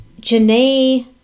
Janae